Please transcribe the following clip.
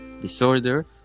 disorder